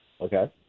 Okay